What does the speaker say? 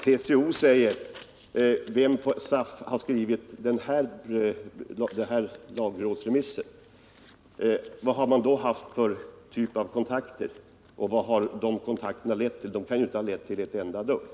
TCO säger: Vem på SAF har skrivit den här lagrådsremissen? Vad har man då haft för typ av kontakter, och vad har de kontakterna lett till? De kan ju inte ha lett till ett enda dugg.